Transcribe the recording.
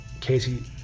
Casey